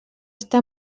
està